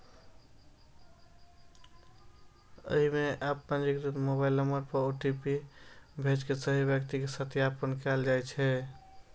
अय मे एप पंजीकृत मोबाइल नंबर पर ओ.टी.पी भेज के सही व्यक्ति के सत्यापन कैल जाइ छै